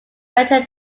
better